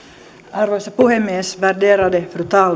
arvoisa puhemies värderade fru talman